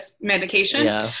medication